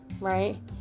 right